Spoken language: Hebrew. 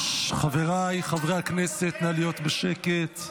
חבריי חברי הכנסת, נא להיות בשקט.